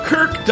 Kirk